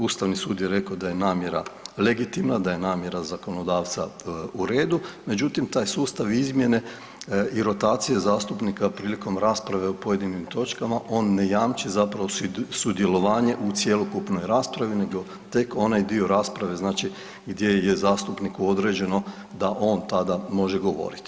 Ustavni sud je rekao da je namjera legitimna, da je namjera zakonodavca u redu, međutim taj sustav izmjene i rotacije zastupnika prilikom rasprave o pojedinim točkama on ne jamči sudjelovanje u cjelokupnoj raspravi nego tek onaj dio rasprave gdje je zastupniku određeno da on tada može govoriti.